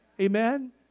Amen